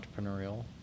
entrepreneurial